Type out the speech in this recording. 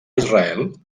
israel